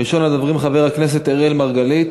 ראשון הדוברים, חבר הכנסת אראל מרגלית,